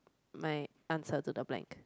my answer to the blank